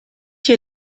hier